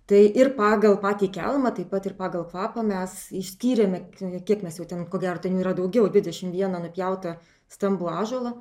tai ir pagal patį kelmą taip pat ir pagal kvapą mes išskyrėme ten kiek mes jau ten ko gero ten jų yra daugiau dvidešimt vieną nupjautą stambų ąžuolą